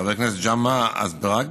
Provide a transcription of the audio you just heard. חבר הכנסת ג'מעה אזברג,